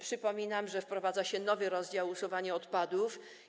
Przypominam, że wprowadza się nowy rozdział: usuwanie odpadów.